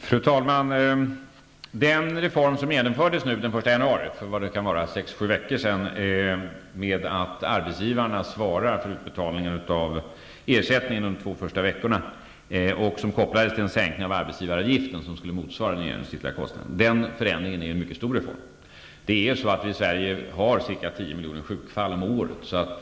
Fru talman! Den reform som genomfördes för sex sju veckor sedan, den 1 januari, innebär att arbetsgivarna svarar för utbetalningen av ersättning de två första veckorna och som kopplades till en sänkning av arbetsgivaravgiften som skall motsvara den genomsnittliga kostnaden, är en mycket stor reform. Vi har i Sverige ca 10 miljoner sjukfall om året.